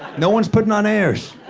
no one's putting on airs.